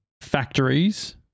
factories